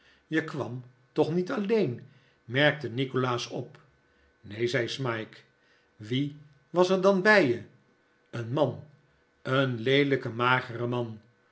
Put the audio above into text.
je kwam toch niet alleen merkte nikolaas op neen zei smike wie was er dan bij je een man een leelijke magere man